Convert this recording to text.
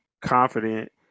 confident